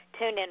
TuneIn